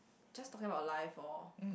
just talking about life lor